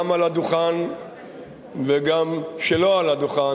גם על הדוכן וגם שלא על הדוכן.